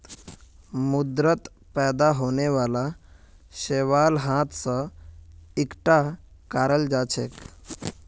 समुंदरत पैदा होने वाला शैवाल हाथ स इकट्ठा कराल जाछेक